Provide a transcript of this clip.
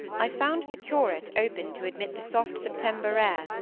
i found the curate open to admit the soft september air,